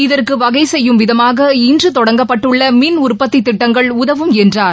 இதற்கு வகை செய்யும் விதமாக இன்று தொடங்கப்பட்டுள்ள மின் உற்பத்தி திட்டங்கள் உதவும் என்றார்